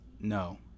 no